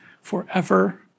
forever